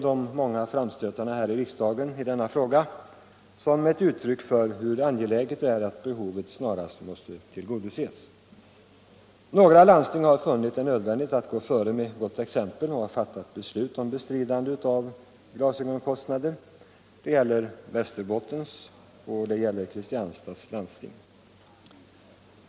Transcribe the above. De många framstötarna i riksdagen i denna fråga får ses som ett uttryck för hur angeläget det är att behovet snarast tillgodoses. Några landsting har funnit det nödvändigt att gå före med gott exempel och har fattat beslut om bestridande av glasögonkostnader. Det gäller Västerbottens och Kristianstads läns landsting.